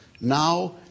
now